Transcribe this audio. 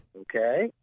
Okay